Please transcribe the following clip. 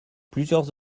plusieurs